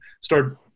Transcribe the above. start